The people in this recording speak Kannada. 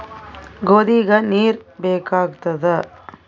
ಗೋಧಿಗ ನೀರ್ ಬೇಕಾಗತದ?